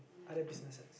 other businesses